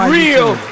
real